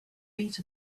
beat